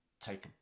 take